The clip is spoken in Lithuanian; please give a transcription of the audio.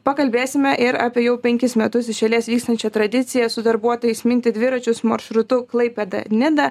pakalbėsime ir apie jau penkis metus iš eilės vykstančią tradiciją su darbuotojais minti dviračius maršrutu klaipėda nida